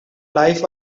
life